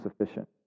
sufficient